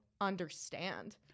understand